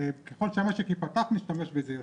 ככל שהמשק ייפתח, נשתמש בזה יותר.